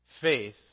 Faith